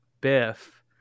Biff